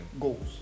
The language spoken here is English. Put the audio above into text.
goals